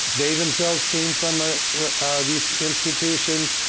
they themselves came from ah these institutions.